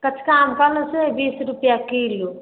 कँचका आम कहलहुँ से बीस रुपैआ किलो